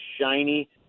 shiny